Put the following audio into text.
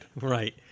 Right